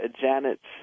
Janet's